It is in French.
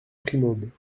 primaube